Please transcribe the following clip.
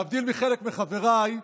להבדיל מחלק מחבריי,